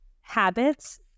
habits